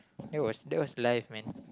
that was that was life man